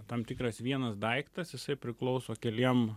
tam tikras vienas daiktas jisai priklauso keliem